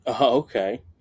Okay